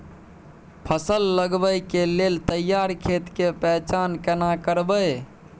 फसल लगबै के लेल तैयार खेत के पहचान केना करबै?